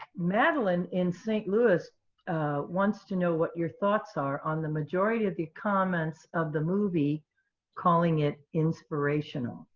madeline in st. louis wants to know what your thoughts are on the majority of the comments of the movie calling it inspirational,